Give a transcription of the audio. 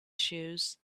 shoes